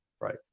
right